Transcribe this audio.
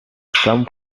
some